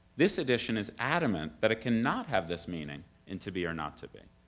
this edition is adamant that it cannot have this meaning in to be or not to be.